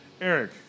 Eric